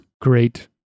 great